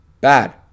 bad